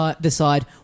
decide